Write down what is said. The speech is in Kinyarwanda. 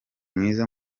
mwiza